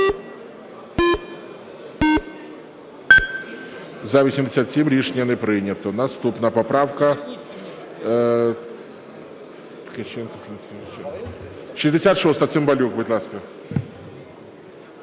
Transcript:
За-87 Рішення не прийнято. Наступна поправка 66. Цимбалюк, будь ласка.